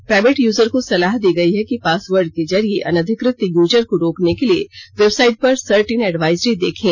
private user को सलाह दी गई है कि पासवर्ड के जरिए अनधिकृत यूजर को रोकने के लिए वेबसाइट पर सर्ट इन एडवाइजरी देखें